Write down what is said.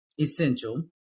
essential